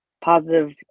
positive